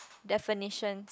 definitions